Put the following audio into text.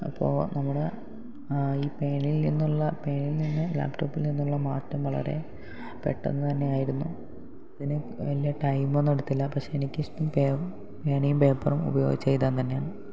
അപ്പോൾ നമ്മുടെ ഈ പേനയിൽ നിന്നുള്ള പേനയിൽനിന്നും ലാപ്ടോപ്പിൽനിന്നുള്ള മാറ്റം വളരെ പെട്ടന്നുതന്നെയായിരുന്നു പിന്നെ വല്യ ടൈമൊന്നും എടുത്തില്ല പക്ഷേ എനിക്കിഷ്ട്ടം പേ പേനയും പേപ്പറും ഉപയോഗിച്ചെഴുതാൻ തന്നെയാണ്